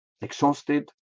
exhausted